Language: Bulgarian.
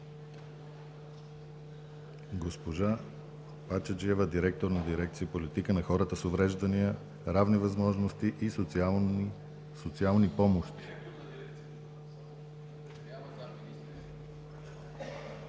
Елеонора Пачеджиева – директор на дирекция „Политика за хората с увреждания, равни възможности и социални помощи“